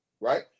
right